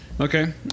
Okay